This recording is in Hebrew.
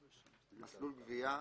"מסלול גבייה"